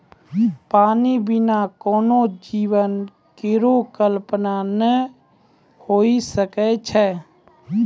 पानी बिना कोनो जीवन केरो कल्पना नै हुए सकै छै?